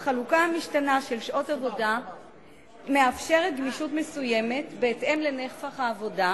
החלוקה המשתנה של שעות עבודה מאפשרת גמישות מסוימת בהתאם לנפח העבודה,